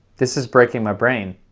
this is breaking my brain.